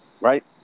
Right